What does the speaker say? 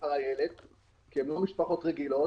מספר הילד כי הן לא משפחות רגילות,